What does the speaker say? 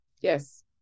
Yes